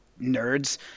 nerds